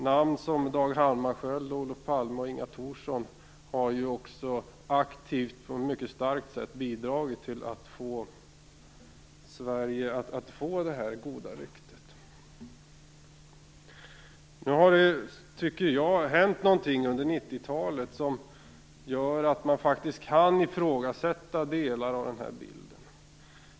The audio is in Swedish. Namn som Dag Hammarskjöld, Olof Palme och Inga Thorsson har ju också aktivt mycket starkt bidragit till att ge Sverige det goda ryktet. Det har hänt något under 1990-talet som gör att man kan ifrågasätta delar av den bilden.